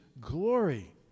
glory